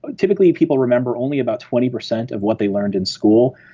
ah typically people remember only about twenty percent of what they learned in school,